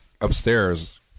upstairs